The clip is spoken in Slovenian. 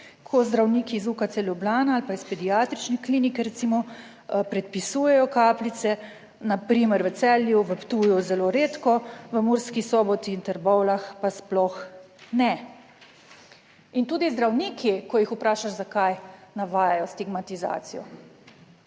Ko zdravniki iz UKC Ljubljana ali pa iz Pediatrične klinike, recimo, predpisujejo kapljice na primer v Celju, v Ptuju zelo redko, v Murski Soboti in Trbovljah pa sploh ne. In tudi zdravniki, ko jih vprašaš zakaj, navajajo stigmatizacijo.